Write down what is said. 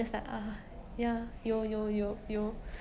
so called body positivity like advertisement and all like